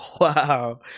wow